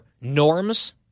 Norms